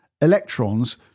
electrons